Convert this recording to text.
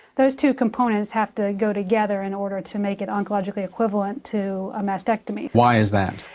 those two components have to go together in order to make it oncologically equivalent to a mastectomy. why is that?